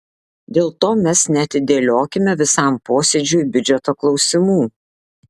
dėl to mes neatidėliokime visam posėdžiui biudžeto klausimų